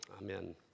amen